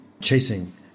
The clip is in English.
chasing